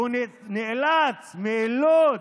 והוא נאלץ, מאילוץ,